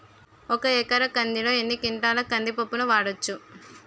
ఒక ఎకర కందిలో ఎన్ని క్వింటాల కంది పప్పును వాడచ్చు?